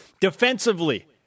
Defensively